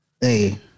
Hey